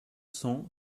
cent